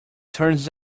turns